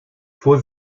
fuhr